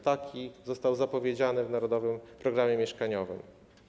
Taki cel został zapowiedziany w Narodowym Programie Mieszkaniowym.